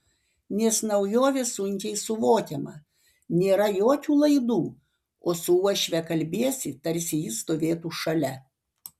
nes naujovė sunkiai suvokiama nėra jokių laidų o su uošve kalbiesi tarsi ji stovėtų šalia